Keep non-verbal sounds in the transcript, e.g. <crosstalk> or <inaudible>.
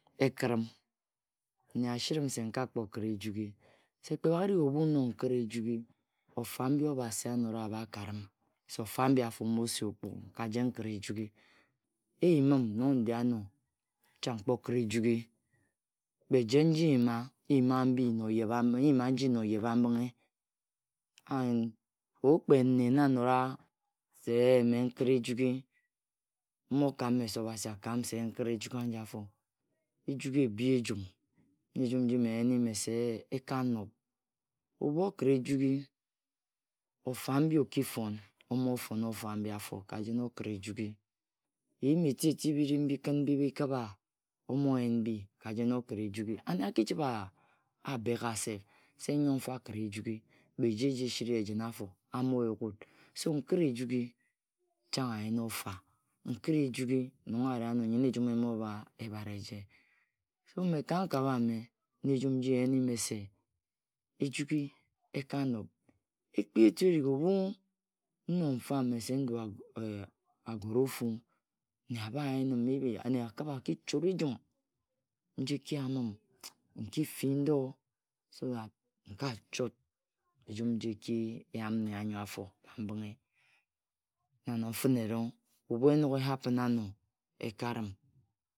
Nne airim se nka-kpo-khit ejugi. se kpe bhagerig nnog nkrut ejugi. bhofa mbi obazi anora abha karim, se bofa abi-afo omo si ookpugm ka jen nkhira ejugi. Eyinm nong indi ano chang nkpo khit ejugi. Kpe jen nji nyima. nyima mbi na oyeb. nyima nji na oyebambinghe. And <unintelligible> ebhu kpe nne na anora se-eh mme nkhit ejigi. mmokam mese obasi akan mme nkhit ejugi aji afo. Ejugi ebi ejum. na ejum nji mme nyene mese eh ekanob. Ebhu okhita ejugi ofa mbi okifon, omo fon bhofa abi-afo, ka jen okhira ejugi. Eyim eti eti bhiri mbi kin bikhin bikhiba, omo yen mbi a jen okhira-ejugi. Ane aki chibhe abega self <unintelligible> se nyo-mfa akhira ejugi le eju. eji sim ye jen afo. amoyuk wut. so <unintelligible> nkhira-ejugi chang ayena ofa, nkhira ejugi, nong ari ano nyen ejum emobha ebhat eje. so <unintelligible> mme, ka nkabhe ame, na ejum nji mme nyene mesi. ejugu eka-nobh. Ekpi etu erig. ebhu nnog mfam mese ndue agore ofu nne abha yenin. Maybe <unintelligible> nne akhibha, akichot ejum nji ekiyamm nki fii ndo so that <unintelligible> nka chot ejum nji ekayam nne anyo-afo ka mbinghe. Na nong finerong ebhu enoghe happen ano ekarim.